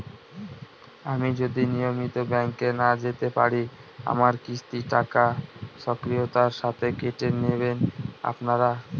আমি যদি নিয়মিত ব্যংকে না যেতে পারি আমার কিস্তির টাকা স্বকীয়তার সাথে কেটে নেবেন আপনারা?